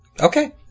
Okay